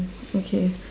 okay